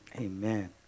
Amen